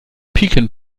pecan